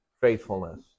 faithfulness